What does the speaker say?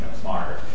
smarter